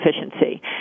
efficiency